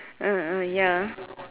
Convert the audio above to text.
ah ya